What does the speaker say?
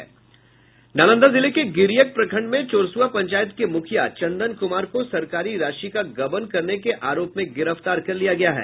नालंदा जिले के गिरियक प्रखंड में चोरसुआ पंचायत के मुखिया चंदन कुमार को सरकारी राशि का गबन करने के आरोप में गिरफ्तार किया गया है